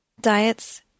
Diets